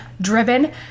driven